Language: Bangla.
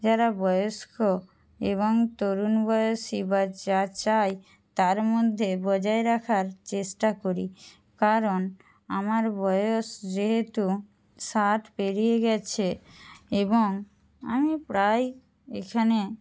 যারা বয়স্ক এবং তরুণ বয়সি বা যা চাই তার মধ্যে বজায় রাখার চেষ্টা করি কারণ আমার বয়স যেহেতু ষাট পেরিয়ে গেছে এবং আমি প্রায় এখানে